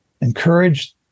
Encourage